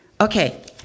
Okay